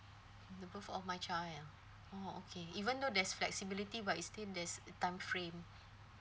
the birth of my child oh okay even though there's flexibility but is still there's a time frame